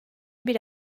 bir